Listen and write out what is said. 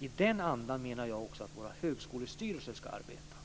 I den andan menar jag också att våra högskolestyrelser ska arbeta.